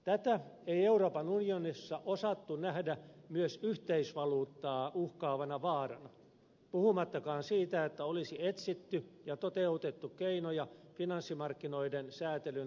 tätä ei euroopan unionissa osattu nähdä myös yhteisvaluuttaa uhkaavana vaarana puhumattakaan siitä että olisi etsitty ja toteutettu keinoja finanssimarkkinoiden säätelyn vahvistamiseksi